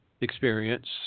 experience